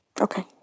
Okay